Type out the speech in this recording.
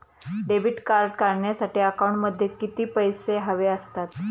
Debit card काढण्यासाठी अकाउंटमध्ये किती पैसे हवे असतात?